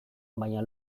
baina